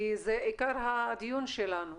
כי זה עיקר הדיון שלנו.